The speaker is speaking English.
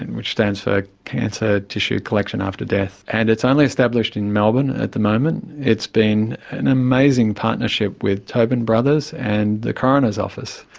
which stands for cancer tissue collection after death, and it's only established in melbourne at the moment. it's been an amazing partnership with tobin brothers and the coroner's office.